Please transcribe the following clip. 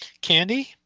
Candy